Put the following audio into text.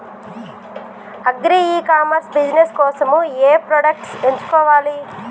Agri e commerce business కోసము ఏ products ఎంచుకోవాలి?